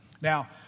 Now